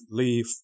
leave